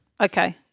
Okay